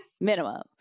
Minimum